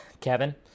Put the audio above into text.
Kevin